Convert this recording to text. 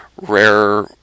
rare